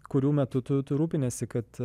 kurių metu tu tu rūpiniesi kad